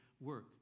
work